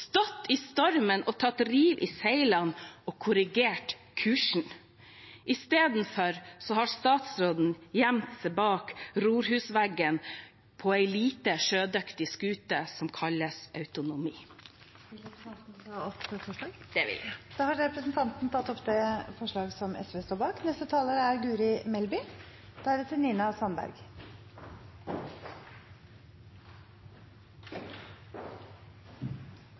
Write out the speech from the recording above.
stått i stormen, tatt rev i seilene og korrigert kursen. Istedenfor har statsråden gjemt seg bak rorhusveggen på en lite sjødyktig skute som kalles autonomi. Jeg tar opp forslaget fra SV. Da har representanten Mona Fagerås tatt opp det